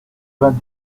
vingt